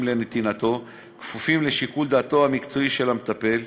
לנתינתו כפופים לשיקול דעתו המקצועי של המטפל,